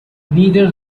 neither